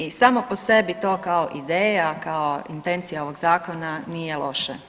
I samo po sebi to kao ideja, kao intencija ovog zakona nije loše.